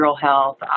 health